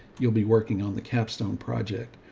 you'll be working on the capstone project.